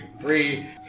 free